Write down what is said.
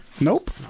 Nope